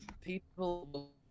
people